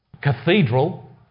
cathedral